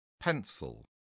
pencil